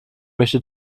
möchte